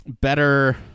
better